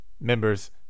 members